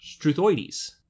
Struthoides